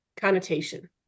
connotation